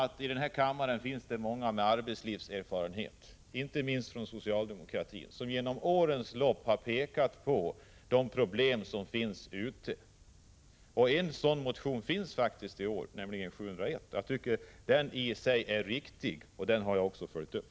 I den här kammaren finns många med arbetslivserfarenhet, inte minst bland socialdemokraterna, som genom åren har pekat på de problem som finns. En motion i den riktningen finns faktiskt i år, nämligen §0701. Jag tycker att den i sig är riktig, och den har jag också följt upp.